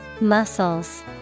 Muscles